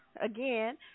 Again